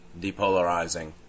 depolarizing